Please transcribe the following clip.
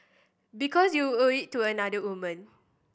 because you owe it to another women